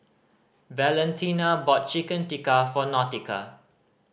Valentina bought Chicken Tikka for Nautica